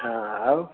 ହଁ ଆଉ